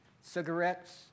cigarettes